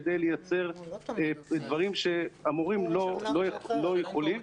כדי לייצר דברים שהמורים לא יכולים,